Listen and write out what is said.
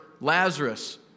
Lazarus